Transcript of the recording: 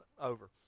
over